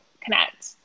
connect